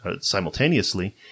simultaneously